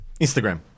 instagram